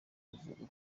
bavuga